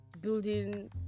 building